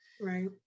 Right